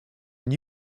and